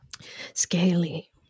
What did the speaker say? Scaly